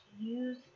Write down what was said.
use